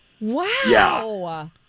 Wow